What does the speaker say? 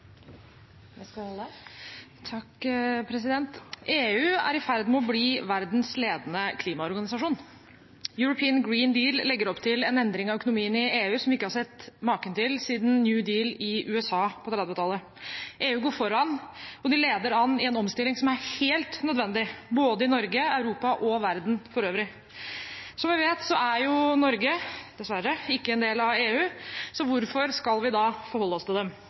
i ferd med å bli verdens ledende klimaorganisasjon. European Green Deal legger opp til en endring av økonomien i EU som vi ikke har sett maken til siden New Deal i USA på 1930-tallet. EU går foran, og de leder an i en omstilling som er helt nødvendig, både i Norge, i Europa og i verden for øvrig. Som vi vet, er jo Norge – dessverre – ikke en del av EU. Så hvorfor skal vi da forholde oss til dem?